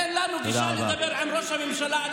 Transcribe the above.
אין לנו גישה לדבר עם ראש הממשלה.